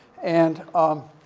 and, um,